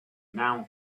noun